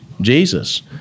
Jesus